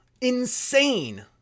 Insane